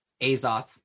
Azoth